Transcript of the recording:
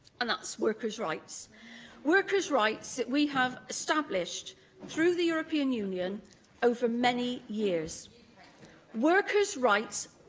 and that's workers' rights workers' rights that we have established through the european union over many years workers' rights,